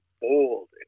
bold